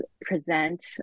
present